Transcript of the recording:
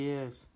Yes